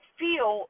feel